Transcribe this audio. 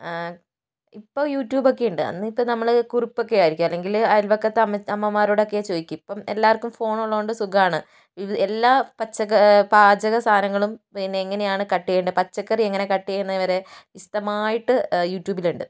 ഇപ്പോൾ യൂട്യൂബ് ഒക്കെയുണ്ട് അന്ന് ഇപ്പോൾ നമ്മളെ കുറിപ്പ് ഒക്കെയായിരിക്കും അല്ലെങ്കിൽ അയൽവക്കത്തെ അമ്മമാരോടൊക്കെയാണ് ചോദിക്കും ഇപ്പോൾ എല്ലാവർക്കും ഫോൺ ഉള്ളതുകൊണ്ട് സുഖമാണ് എല്ലാ പാചക സാധനങ്ങളും പിന്നെ എങ്ങനെയാണ് കട്ട് ചെയ്യേണ്ടത് പച്ചക്കറി എങ്ങനെയാണ് കട്ട് ചെയ്യുന്നത് വരെ വിശദമായിട്ട് യൂട്യൂബിൽ ഉണ്ട്